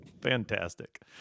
Fantastic